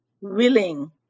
willing